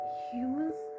humans